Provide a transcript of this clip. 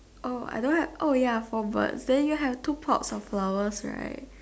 oh I don't have oh ya four birds then you have two pots of flowers right